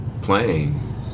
playing